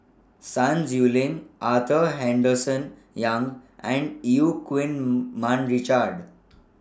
Sun Xueling Arthur Henderson Young and EU Keng Mun Richard